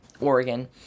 Oregon